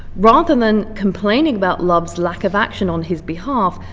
rather than complaining about love's lack of action on his behalf,